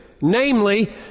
namely